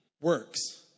works